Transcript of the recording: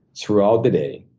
throughout the day,